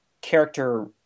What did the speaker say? character